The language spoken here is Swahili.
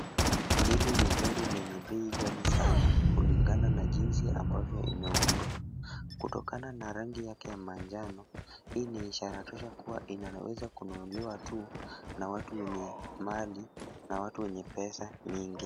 Hili ni gari lenye bei ghali sana kulingana na jinsi ambavyo imeundwa. Kutokana na rangi yake ya manjano hii ni ishara tosha kuwa inaweza kununuliwa tu na watu wenye mali na watu wenye pesa nyingi.